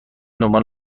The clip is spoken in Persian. دنبال